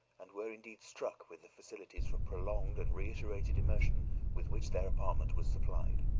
and were indeed struck with the facilities for prolonged and reiterated immersion with which their apartment was supplied.